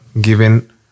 given